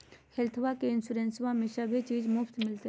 हेल्थबा के इंसोरेंसबा में सभे चीज मुफ्त मिलते?